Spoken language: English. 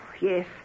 Yes